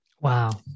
Wow